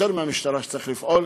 יותר מהמשטרה, צריך לפעול